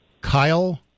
Kyle